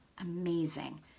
Amazing